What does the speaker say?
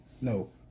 No